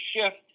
shift